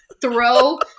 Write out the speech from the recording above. throw